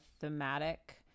thematic